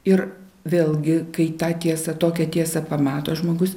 ir vėlgi kai tą tiesą tokią tiesą pamato žmogus